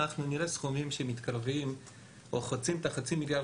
אנחנו נראה סכומים שמתקרבים או חוצים את החצי מיליארד